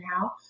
now